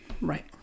Right